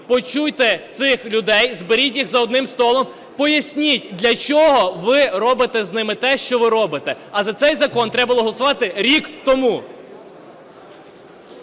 почуйте цих людей, зберіть їх за одним столом, поясніть, для чого ви робите з ними те, що ви робите. А за цей закон треба було голосувати рік тому.